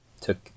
took